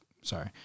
sorry